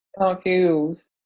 Confused